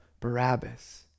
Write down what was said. Barabbas